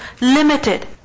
limited